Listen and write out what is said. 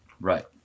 Right